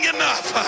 enough